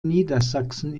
niedersachsen